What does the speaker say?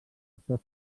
actor